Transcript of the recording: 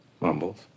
Mumbles